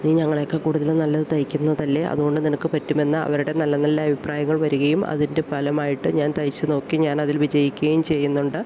നി ഞങ്ങളേക്കാൾ കൂടുതൽ നല്ലത് തയ്ക്കുന്നതല്ലേ അതുകൊണ്ട് നിനക്ക് പറ്റുമെന്ന് അവരുടെ നല്ല നല്ല അയിപ്രായങ്ങൾ വരികയും അതിൻ്റെ ഫലമായിട്ട് ഞാൻ തയ്ച്ചു നോക്കി ഞാനതിൽ വിജയിക്കുകയും ചെയ്യുന്നുണ്ട്